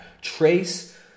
trace